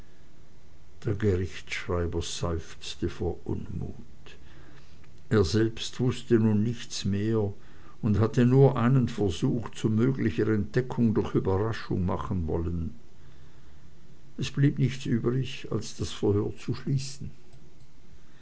der gerichtschreiber seufzte vor unmut er selbst wußte um nichts mehr und hatte nur einen versuch zu möglicher entdeckung durch überraschung machen wollen es blieb nichts übrig als das verhör zu schließen